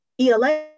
ELA